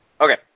Okay